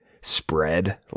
spread